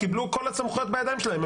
קיבלו את כל הסמכויות בידיים שלהם,